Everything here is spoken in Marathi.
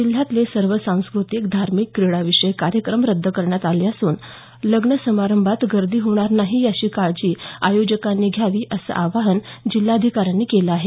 जिल्यातले सर्व सांस्क्रतिक धार्मिक क्रीडाविषयक कार्यक्रम रद्द करण्यात आले असून लग्न समारंभात गर्दी होणार नाही याची काळजी आयोजकांनी घ्यावी असं आवाहन जिल्हाधिकाऱ्यांनी केलं आहे